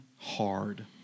hard